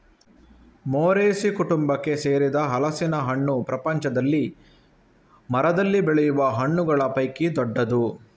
Moraceae ಕುಟುಂಬಕ್ಕೆ ಸೇರಿದ ಹಲಸಿನ ಹಣ್ಣು ಪ್ರಪಂಚದಲ್ಲಿ ಮರದಲ್ಲಿ ಬೆಳೆಯುವ ಹಣ್ಣುಗಳ ಪೈಕಿ ದೊಡ್ಡದು